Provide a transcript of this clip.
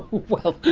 well,